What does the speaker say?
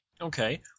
Okay